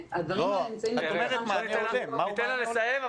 תיתן לה לסיים,